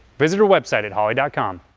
visit our website at holley dot com